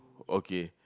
okay